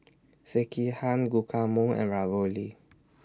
Sekihan Guacamole and Ravioli